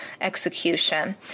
execution